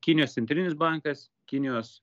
kinijos centrinis bankas kinijos